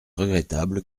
regrettable